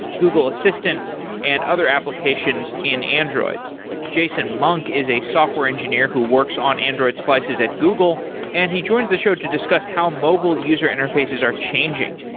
google assistant and other applications in android jason monk is a software engineer who works on android slices at google and he joins the show to discuss how mobile user interfaces are changing.